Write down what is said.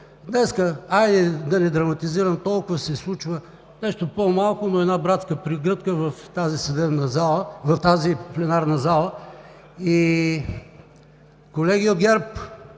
днес, хайде да не драматизирам толкова, се случва нещо по-малко – една братска прегръдка в тази пленарна зала. Колеги от ГЕРБ,